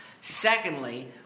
Secondly